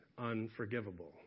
unforgivable